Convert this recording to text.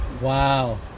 Wow